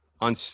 On